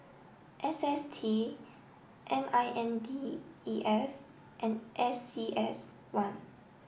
S S T M I N D E F and A C S one